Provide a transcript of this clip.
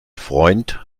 freund